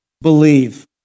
believe